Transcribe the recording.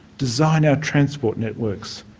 design our transport networks,